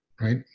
right